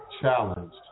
challenged